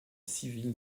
civil